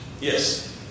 Yes